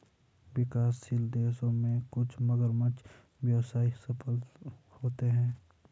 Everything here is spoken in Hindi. विकासशील देशों में कुछ मगरमच्छ व्यवसाय सफल होते हैं